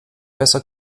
besser